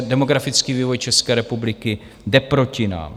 Demografický vývoj České republiky jde proti nám.